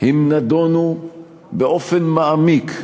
הם נדונו באופן מעמיק,